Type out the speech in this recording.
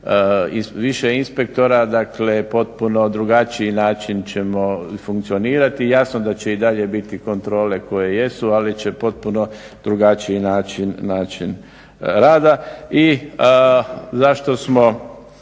više inspektora, dakle potpuno drugačiji način ćemo funkcionirati. Jasno da će i dalje biti kontrole koje jesu, ali će potpuno drugačiji način rada. I zašto smo